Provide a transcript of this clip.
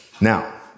Now